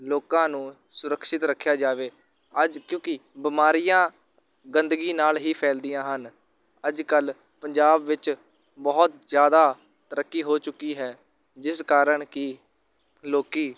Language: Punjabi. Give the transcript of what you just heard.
ਲੋਕਾਂ ਨੂੰ ਸੁਰੱਖਸ਼ਿਤ ਰੱਖਿਆ ਜਾਵੇ ਅੱਜ ਕਿਉਂਕਿ ਬਿਮਾਰੀਆਂ ਗੰਦਗੀ ਨਾਲ ਹੀ ਫੈਲਦੀਆਂ ਹਨ ਅੱਜ ਕੱਲ੍ਹ ਪੰਜਾਬ ਵਿੱਚ ਬਹੁਤ ਜ਼ਿਆਦਾ ਤਰੱਕੀ ਹੋ ਚੁੱਕੀ ਹੈ ਜਿਸ ਕਾਰਨ ਕਿ ਲੋਕ